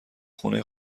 خونه